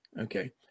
okay